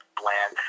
bland